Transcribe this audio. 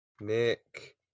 Nick